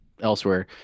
elsewhere